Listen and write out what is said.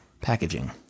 packaging